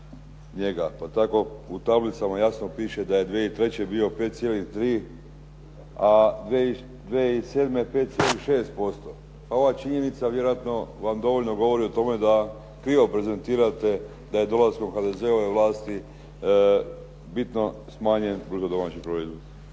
pa tako u tablicama jasno piše da je 2003. bio 5,3 a 2007. 5,6%. Ova činjenica vjerojatno vam dovoljno govori o tome da krivo prezentirate da je dolaskom HDZ-ove vlasti bitno smanjen